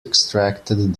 extracted